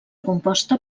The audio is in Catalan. composta